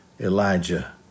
Elijah